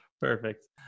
Perfect